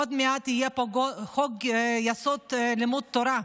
עוד מעט יהיה פה חוק-יסוד: לימוד תורה.